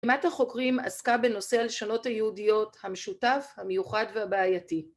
‫לימת החוקרים עסקה בנושא ‫על שונות היהודיות המשותף, המיוחד והבעייתי.